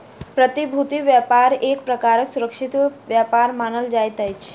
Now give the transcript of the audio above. प्रतिभूति व्यापार एक प्रकारक सुरक्षित व्यापार मानल जाइत अछि